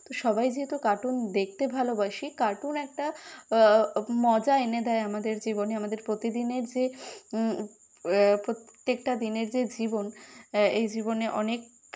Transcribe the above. তো সবাই যেহেতু কার্টুন দেখতে ভালোবাসি কার্টুন একটা মজা এনে দেয় আমাদের জীবনে আমাদের প্রতিদিনের যে প্রত্যেকটা দিনের যে জীবন এই জীবনে অনেক